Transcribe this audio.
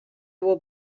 will